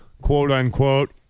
quote-unquote